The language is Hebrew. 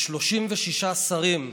יש 36 שרים.